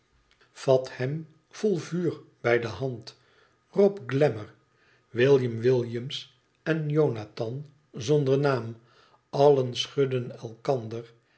vat hem vol vuur bij de hand rob glamour william williams en jonathan zonder naam allen schudden elkander